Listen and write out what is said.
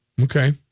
Okay